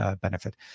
benefit